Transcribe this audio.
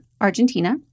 Argentina